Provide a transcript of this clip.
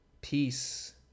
peace